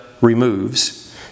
removes